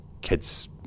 kids